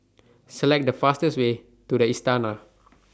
Select The fastest Way to The Istana